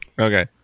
Okay